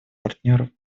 партнеров